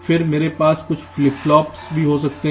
फिर मेरे पास कुछ फ्लिप फ्लॉप भी हो सकते हैं